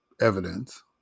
evidence